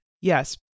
Yes